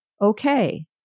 Okay